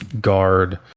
guard